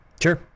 Sure